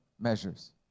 measures